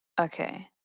Okay